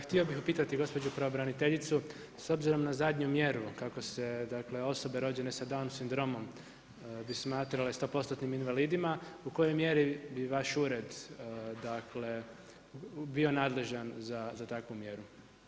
Htio bih upitati gospođu pravobraniteljicu s obzirom na zadnju mjeru kako se osobe rođene sa Downov sindromom bi smatrale 100% invalidima u kojoj mjeri bi vaš ured bio nadležan za takvu mjeru?